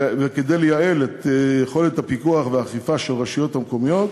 וכדי לייעל את יכולת הפיקוח והאכיפה של הרשויות המקומיות